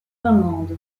finlande